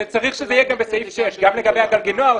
וצריך שזה יהיה גם בסעיף 6. גם לגבי הגלגינוע,